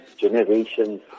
generations